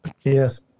Yes